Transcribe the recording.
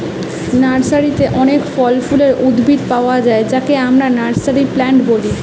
নার্সারিতে অনেক ফল ফুলের উদ্ভিদ পায়া যায় যাকে আমরা নার্সারি প্লান্ট বলি